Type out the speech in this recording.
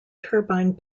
turbine